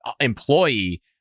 employee